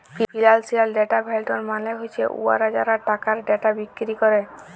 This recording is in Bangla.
ফিল্যাল্সিয়াল ডেটা ভেল্ডর মালে হছে উয়ারা যারা টাকার ডেটা বিক্কিরি ক্যরে